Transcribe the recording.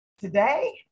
Today